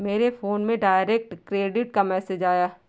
मेरे फोन में direct credit का मैसेज आया है